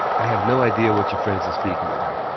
i have no idea what your friends are speaking about